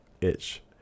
itch